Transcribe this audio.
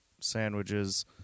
sandwiches